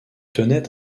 tenait